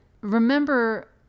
remember